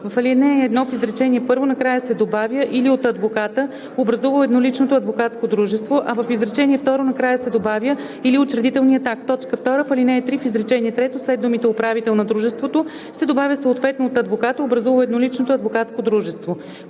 В ал. 1, в изречение първо накрая се добавя „или от адвоката, образувал едноличното адвокатско дружество“, а в изречение второ накрая се добавя „или учредителният акт“. 2. В ал. 3, в изречение трето след думите „управител на дружеството“ се добавя „съответно от адвоката, образувал едноличното адвокатско дружество“.“